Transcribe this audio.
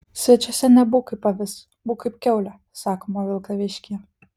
svečiuose nebūk kaip avis būk kaip kiaulė sakoma vilkaviškyje